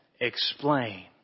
explain